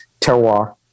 terroir